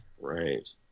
Right